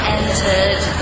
entered